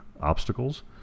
obstacles